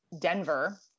Denver